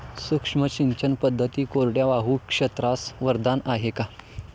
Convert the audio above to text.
सूक्ष्म सिंचन पद्धती कोरडवाहू क्षेत्रास वरदान आहे का?